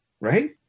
Right